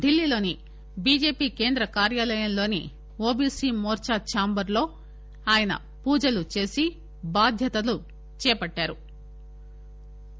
ఢిల్లీలోని B J P కేంద్ర కార్యాలయంలోని ఓబీసీ మోర్చా ఛాంబర్లో ఆయన పూజలు చేసి బాధ్యతలు చేపట్టారు